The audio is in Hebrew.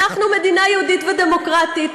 אנחנו מדינה יהודית ודמוקרטית,